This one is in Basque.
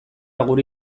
gure